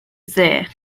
dde